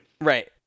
Right